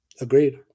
Agreed